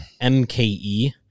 MKE